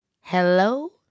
hello